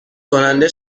کننده